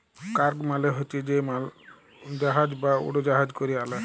cargo মালে হছে যে মালজাহাজ বা উড়জাহাজে ক্যরে আলে